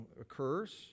occurs